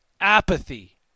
Apathy